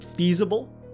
feasible